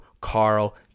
Carl